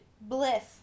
Bliss